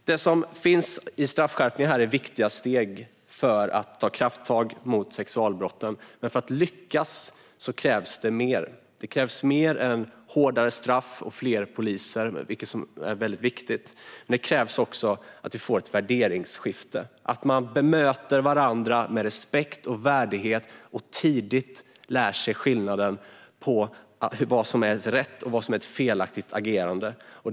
De straffskärpningar som finns här är viktiga steg för att ta krafttag mot sexualbrotten, men för att lyckas krävs det mer. Hårdare straff och fler poliser är väldigt viktigt, men det krävs också att vi får ett värderingsskifte, så att man bemöter varandra med respekt och värdighet och tidigt lär sig skillnaden på vad som är ens rätt och vad som är ett felaktigt agerande.